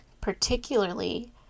particularly